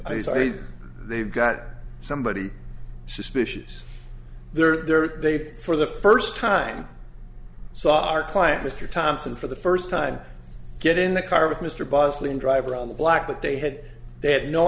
mean they've got somebody suspicious there they've for the first time saw our client mr thompson for the first time get in the car with mr bosley and drive around the black but they had they had no